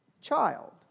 child